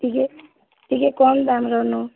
ଟିକେ ଟିକେ କମ୍ ଦାମ୍ର ନିଅ